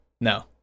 No